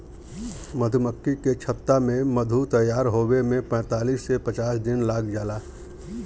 मधुमक्खी के छत्ता में मधु तैयार होये में पैंतालीस से पचास दिन लाग जाला